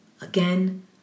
again